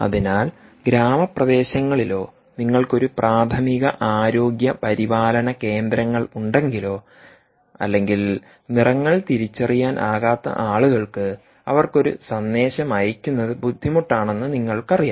അതിനാൽ ഗ്രാമപ്രദേശങ്ങളിലോ നിങ്ങൾക്ക് ഒരു പ്രാഥമിക ആരോഗ്യ പരിപാലന കേന്ദ്രങ്ങൾ ഉണ്ടെങ്കിലോ അല്ലെങ്കിൽ നിറങ്ങൾ തിരിച്ചറിയാൻ ആകാത്ത ആളുകൾക്ക് അവർക്ക് ഒരു സന്ദേശം അയയ്ക്കുന്നത് ബുദ്ധിമുട്ടാണെന്ന് നിങ്ങൾക്കറിയാം